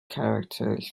characters